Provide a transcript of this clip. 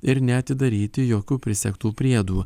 ir neatidaryti jokių prisegtų priedų